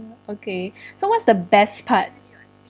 okay so what's the best part